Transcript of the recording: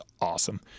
awesome